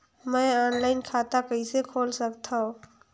मैं ऑनलाइन खाता कइसे खोल सकथव?